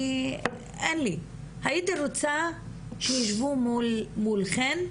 אין לי, הייתי רוצה שישבו מולכן,